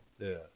Yes